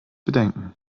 bedenken